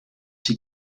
die